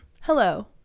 hello